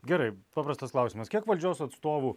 gerai paprastas klausimas kiek valdžios atstovų